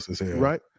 right